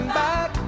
back